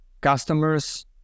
customers